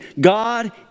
God